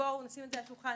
בואו נשים את זה על השולחן.